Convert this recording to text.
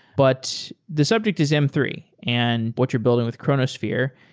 but the subject is m three and what you're building with chronosphere.